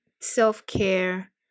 self-care